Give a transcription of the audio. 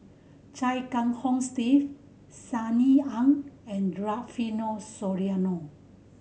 Chia Kiah Hong Steve Sunny Ang and Rufino Soliano